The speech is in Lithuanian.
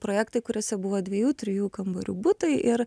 projektai kuriuose buvo dviejų trijų kambarių butai ir